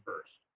first